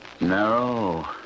No